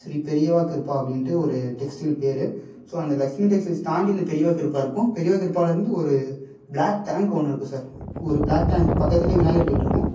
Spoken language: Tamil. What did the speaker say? ஸ்ரீ பெரியவா கிருபா அப்படின்ட்டு ஒரு டெக்டைல் பேரு ஸோ அந்த லக்ஷ்மி டெக்டைல்ஸ் தாண்டி இந்த பெரியவா கிருபா இருக்கும் பெரியவா கிருபாலருந்து ஒரு ப்ளாக் டேங்க் ஒன்று இருக்கும் சார் ஒரு ப்ளாக் டேங்க் பக்கத்துல விநாயகர் கோயில் இருக்கும்